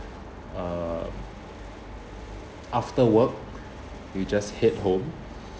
uh after work we just head home